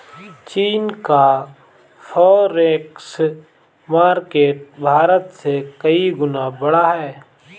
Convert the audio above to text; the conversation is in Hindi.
चीन का फॉरेक्स मार्केट भारत से कई गुना बड़ा है